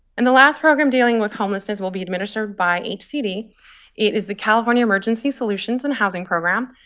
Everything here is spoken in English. and the last program dealing with homelessness will be administered by hcd it is the california emergency solutions and housing program.